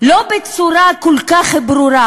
לא בצורה כל כך ברורה.